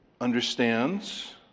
understands